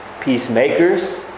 peacemakers